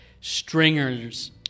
Stringer's